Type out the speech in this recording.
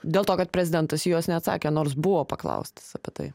dėl to kad prezidentas į jos neatsakė nors buvo paklaustas apie tai